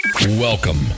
Welcome